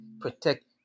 protect